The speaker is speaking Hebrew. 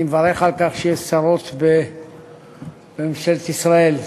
אני מברך על כך שיש שרות בממשלת ישראל.